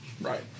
Right